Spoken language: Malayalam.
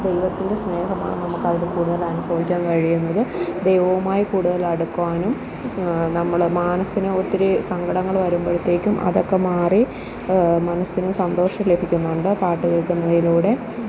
ദൈവത്തിന്റെ സ്നേഹമാണ് നമുക്ക് അവിടെ കൂടുതൽ അനുഭവിക്കാൻ കഴിയുന്നത് ദൈവവുമായി കൂടുതൽ അടുക്കുവാനും നമ്മൾ മനസ്സിന് ഒത്തിരി സങ്കടങ്ങൾ വരുമ്പോഴത്തേക്കും അതൊക്കെ മാറി മനസ്സിന് സന്തോഷം ലഭിക്കുന്നുണ്ട് പാട്ട് കേൾക്കുന്നതിലൂടെ